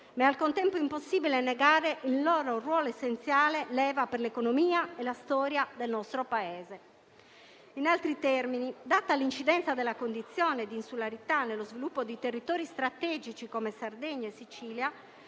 però al contempo impossibile negare il loro ruolo essenziale, leva per l'economia e la storia del nostro Paese. In altri termini, data l'incidenza della condizione di insularità nello sviluppo di territori strategici come Sardegna e Sicilia,